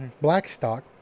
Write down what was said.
Blackstock